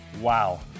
Wow